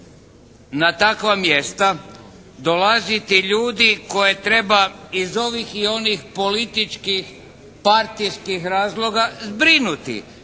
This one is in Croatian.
na takva mjesta dolaziti ljudi koje treba iz ovih i onih političkih partijskih razloga zbrinuti